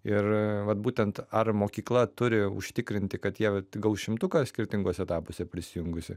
ir vat būtent ar mokykla turi užtikrinti kad jie gaus šimtuką skirtinguose etapuose prisijungusi